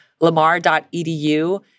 lamar.edu